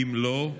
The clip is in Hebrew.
אם לא,